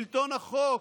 שלטון החוק?